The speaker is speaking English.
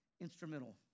instrumental